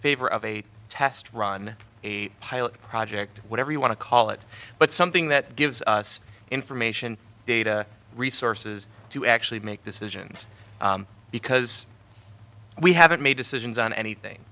favor of a test run a pilot project whatever you want to call it but something that gives us information data resources to actually make decisions because we haven't made decisions on anything